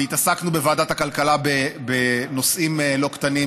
ועסקנו בוועדת הכלכלה בנושאים לא קטנים,